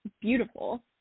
beautiful